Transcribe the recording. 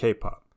K-pop